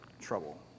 trouble